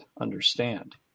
understand